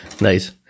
Nice